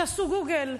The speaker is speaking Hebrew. תעשו גוגל,